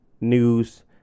news